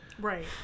Right